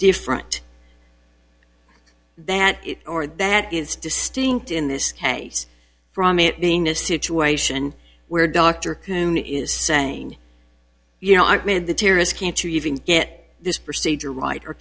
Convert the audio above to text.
different that it or that is distinct in this case from it being a situation where dr kuhn is saying you know i made the terrorist can't you even get this procedure right or